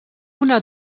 una